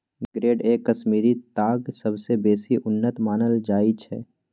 grade A Kashmiri ताग सबसँ बेसी उन्नत मानल जाइ छै